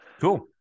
Cool